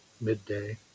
midday